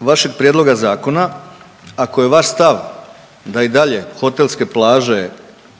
vašeg prijedloga zakona, ako je vaš stav da i dalje hotelske plaže